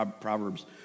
Proverbs